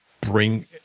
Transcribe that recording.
bring